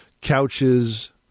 couches